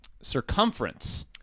circumference